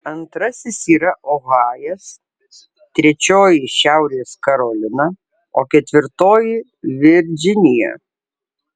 antrasis yra ohajas trečioji šiaurės karolina o ketvirtoji virdžinija